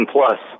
Plus